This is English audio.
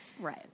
right